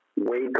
wake